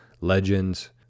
legends